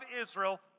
Israel